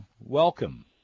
Welcome